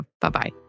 Bye-bye